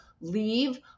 leave